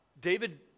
David